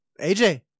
AJ